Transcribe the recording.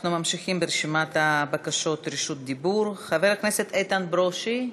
אנחנו ממשיכים ברשימת בקשות רשות הדיבור: חבר הכנסת איתן ברושי,